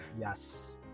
Yes